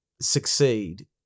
succeed –